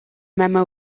memo